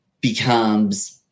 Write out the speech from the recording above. becomes